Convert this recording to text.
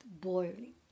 boiling